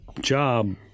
job